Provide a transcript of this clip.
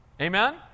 amen